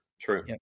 True